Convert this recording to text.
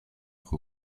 who